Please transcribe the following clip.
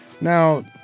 Now